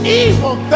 evil